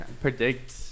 predict